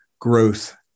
growth